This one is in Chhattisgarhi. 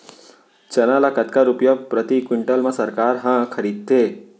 चना ल कतका रुपिया प्रति क्विंटल म सरकार ह खरीदथे?